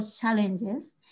challenges